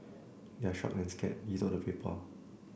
they're shocked and scared he told the paper